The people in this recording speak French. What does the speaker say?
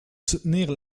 soutenir